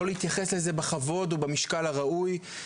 לא להתייחס לזה בכבוד או במשקל הראוי.